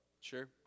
Sure